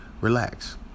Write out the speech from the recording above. relax